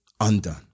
undone